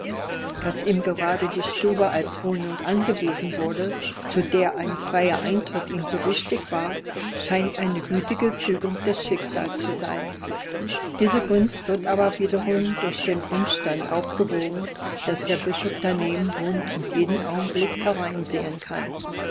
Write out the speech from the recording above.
daß ihm gerade die stube als wohnung angewiesen wurde zu der ein freier eintritt ihm so wichtig war scheint eine gütige fügung des schicksals zu sein diese gunst wird aber wiederum durch den umstand aufgewogen daß der bischof daneben wohnt und jeden augenblick hereinsehen kann